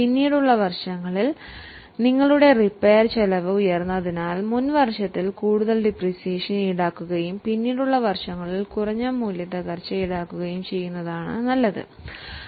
കാലപഴക്കത്തിൽ നിങ്ങളുടെ റിപ്പയർ ചെലവ് ഉയരുന്നതിനാൽ മുൻ വർഷത്തിൽ കൂടുതൽ ഡിപ്രീസിയേഷൻ ഈടാക്കുകയും പിന്നീടുള്ള വർഷങ്ങളിൽ കുറഞ്ഞ ഡിപ്രീസിയേഷൻ ഈടാക്കുകയും ചെയ്യുന്നത് നല്ലതാണ്